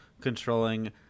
controlling